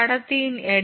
கடத்தியின் எடை